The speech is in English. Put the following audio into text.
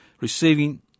Receiving